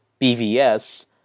BVS